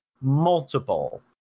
multiple